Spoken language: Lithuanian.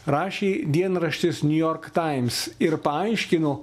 rašė dienraštis new york times ir paaiškino